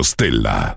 Stella